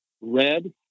red